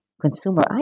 consumer